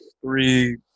three